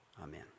Amen